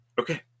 okay